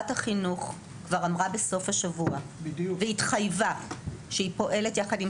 החינוך כבר אמרה והתחייבה בסוף השבוע שהיא פועלת יחד עם